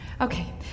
Okay